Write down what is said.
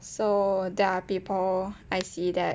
so there are people I see that